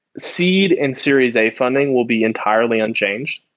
seed and series a funding will be entirely unchanged.